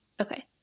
Okay